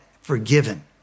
forgiven